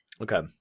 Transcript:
Okay